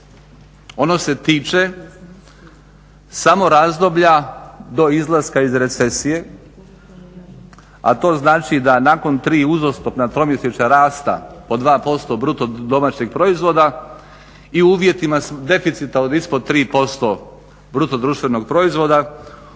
Ono se tiče samo razdoblja do izlaska iz recesije, a to znači da nakon tri uzastopna tromjesečja rasta po 2% BDP-a i u uvjetima deficita od ispod 3% BDP-a ovi